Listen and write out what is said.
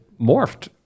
morphed